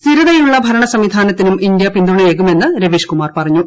സ്ഥിരതയുള്ള ഭരണ സംവിധാനത്തിനും ഇന്ത്യ പിന്തുണയേകുമെന്ന് രവീഷ്കുമാർ പറഞ്ഞു